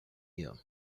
you